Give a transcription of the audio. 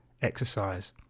exercise